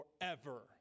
forever